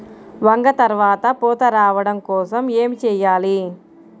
వంగ త్వరగా పూత రావడం కోసం ఏమి చెయ్యాలి?